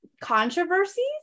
controversies